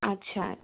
আচ্ছা